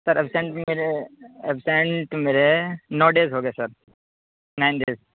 سر absent میرے absent میرے نو ڈیز ہو گئے سر نائن ڈیز